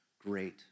great